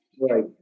Right